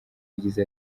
yagize